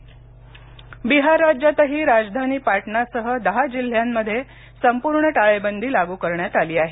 बिहार बिहार राज्यातही राजधानी पाटणासह दहा जिल्ह्यांमध्ये संपूर्ण टाळेबंदी लागू करण्यात आली आहे